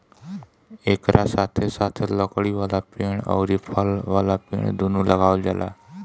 एकरा साथे साथे लकड़ी वाला पेड़ अउरी फल वाला पेड़ दूनो लगावल जाला